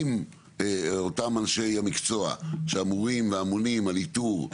אם אותם אנשי המקצוע שאמורים ואמונים על איתור,